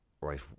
right